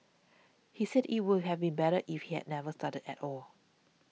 he said it would have been better if he had never started at all